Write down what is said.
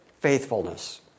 faithfulness